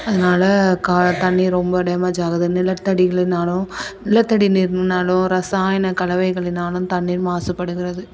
அதனால கா தண்ணி ரொம்ப டேமேஜ் ஆகுது நிலத்தடியிலைனாலும் நிலத்தடி நீர்னாலும் ரசாயன கலவைகளினாலும் தண்ணீர் மாசுபடுகிறது